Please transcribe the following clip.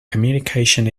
communication